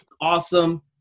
awesome